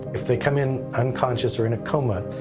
if he come in unconscious or in a coma,